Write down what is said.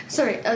Sorry